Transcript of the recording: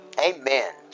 Amen